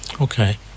Okay